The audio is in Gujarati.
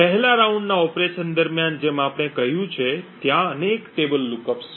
પહેલા રાઉન્ડના ઓપરેશન દરમિયાન જેમ આપણે કહ્યું છે ત્યાં અનેક ટેબલ લુકઅપ્સ છે